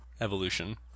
evolution